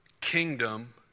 kingdom